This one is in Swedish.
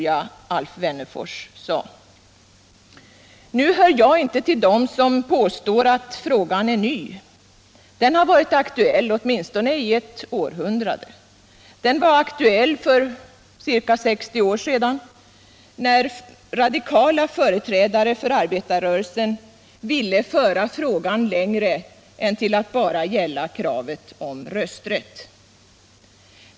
Jag hör inte till dem som påstår att frågan är ny — den har varit aktuell i åtminstone ett århundrade. Den var aktuell för ca 60 år sedan när radikala företrädare för arbetarrörelsen ville föra frågan längre än till att bara gälla kravet på rösträtt.